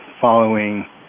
following